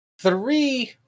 three